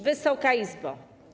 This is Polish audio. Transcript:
Wysoka Izbo!